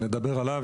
נדבר עליו.